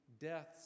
deaths